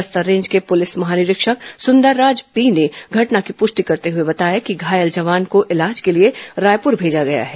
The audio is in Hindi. बस्तर रेंज के पुलिस महानिरीक्षक सुंदरराज पी ने घटना की पुष्टि करते हुए बताया कि घायल जवान को इलाज के लिए रायपुर भेजा गया है